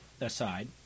aside